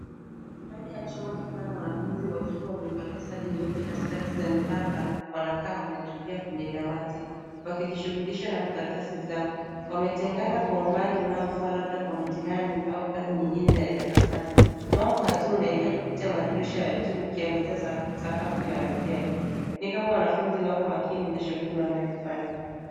Ndani ya chumba kipana, wanafunzi wakiwa wamevalia sare nyeupe na sketi za miraba, wanakaa wametulia kwenye dawati, wakijishughulisha na karatasi zao. Wametengana kwa umbali unaofaa, labda kwa mtihani au kazi nyingine ya darasani. Mwanga wa juu unaingia kupitia madirisha ya juu ukiangazia sakafu ya vigae. Ni kama wanafunzi wako makini na shughuli wanayoifanya.